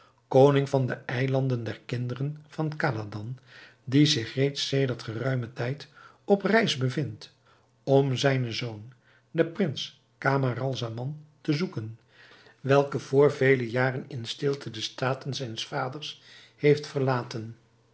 koning van de eilanden der kinderen van khaladan die zich reeds sedert geruimen tijd op reis bevindt om zijnen zoon den prins camaralzaman te zoeken welke vr vele jaren in stilte de staten zijns vaders heeft verlaten